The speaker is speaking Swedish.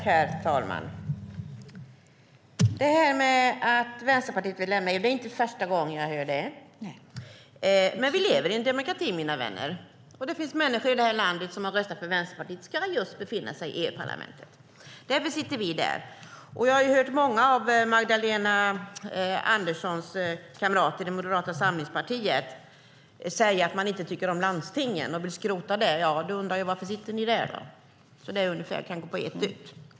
Herr talman! Det är inte första gången jag hör att Vänsterpartiet vill lämna EU. Men vi lever i en demokrati, mina vänner. Det finns människor här i landet som har röstat för att just Vänsterpartiet ska befinna sig i EU-parlamentet. Därför sitter vi där. Jag har hört många av Magdalena Anderssons kamrater i Moderata samlingspartiet säga att man inte tycker om landstingen och vill skrota dem. Då undrar jag: Varför sitter ni där, då? Det kan ju gå på ett ut.